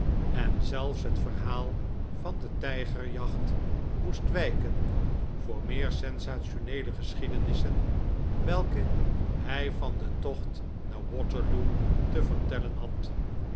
en zelfs het verhaal van de tijgerjacht moest wijken voor meer sensationeele geschiedenissen welke hij van den tocht naar waterloo te vertellen had